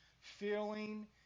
feeling